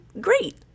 great